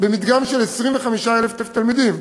במדגם של 25,000 תלמידים,